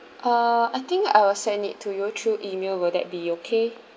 uh I think I will send it to you through email will that be okay